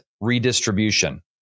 redistribution